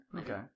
Okay